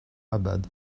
abad